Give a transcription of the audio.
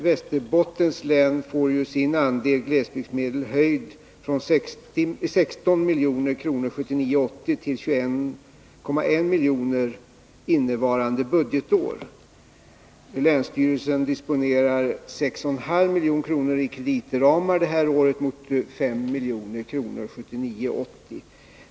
Västerbotten får sin andel glesbygdsstöd höjd från 16 milj.kr. budgetåret 1979 80.